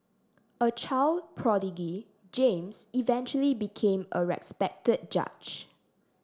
a child prodigy James eventually became a respected judge